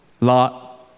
Lot